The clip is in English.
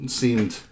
seemed